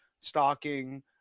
stalking